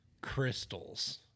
crystals